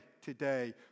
today